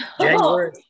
January